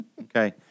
okay